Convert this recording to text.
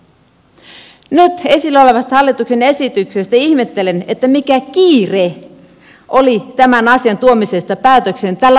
nyt esillä olevasta hallituksen esityksestä ihmettelen mikä kiire oli tämän asian tuomisella päätökseen tällä vauhdilla